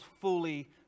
fully